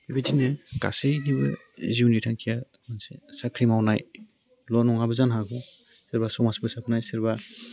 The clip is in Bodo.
बेबायदिनो गासैनिबो जिउनि थांखिया मोनसे साख्रि मावनायल' नङाबो जानो हागौ सोरबा समाज फोसाबनाय सोरबा